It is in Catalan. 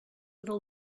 del